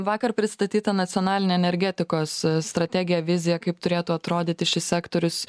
vakar pristatyta nacionalinė energetikos strategija vizija kaip turėtų atrodyti šis sektorius